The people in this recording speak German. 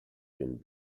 den